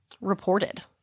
reported